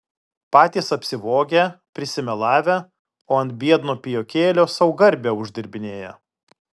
patys apsivogę prisimelavę o ant biedno pijokėlio sau garbę uždirbinėja